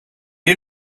est